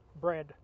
bread